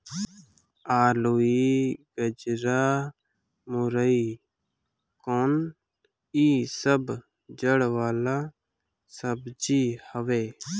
अलुई, गजरा, मूरइ कोन इ सब जड़ वाला सब्जी हवे